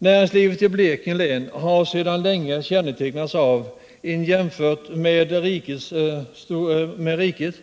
Näringslivet i Blekinge län har sedan länge kännetecknats av en jämfört med riket i dess helhet